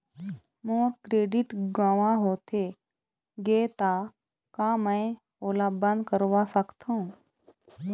मोर credit गंवा होथे गे ता का मैं ओला बंद करवा सकथों?